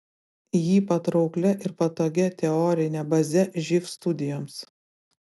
jį patrauklia ir patogia teorine baze živ studijoms